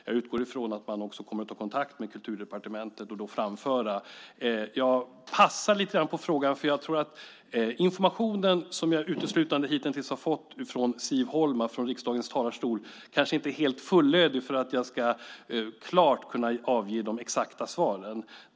Jag utgår från att de också kommer att ta kontakt med Kulturdepartementet och då framföra det. Jag passar lite grann på frågan, för jag tror att informationen, som jag uteslutande hitintills har fått av Siv Holma från riksdagens talarstol, kanske inte är helt så fullödig att jag klart kan avge de exakta svaren.